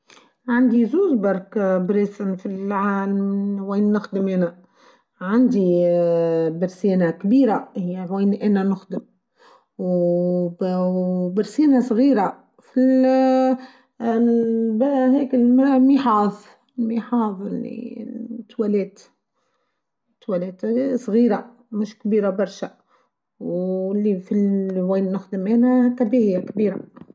عندي زوز بركا براسين في العاااا وين نخدم هنا عندي ربسانه كبيره وين أنا نخدم و برسينه صغيره في اااا الهيكه الميحاظ الميحاظ التواليت التواليت صغيره مش كبيره برشا و إلي في وين نخدم هنا كبيره.